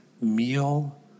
meal